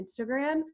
Instagram